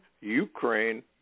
Ukraine